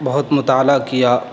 بہت مطالعہ کیا